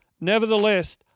Nevertheless